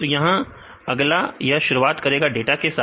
तो यहां अगला यह शुरुआत करेगा डाटा के साथ